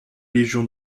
légion